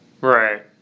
right